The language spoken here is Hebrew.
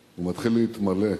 הוא מתחיל להתמלא,